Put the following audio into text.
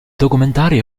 documentari